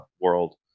world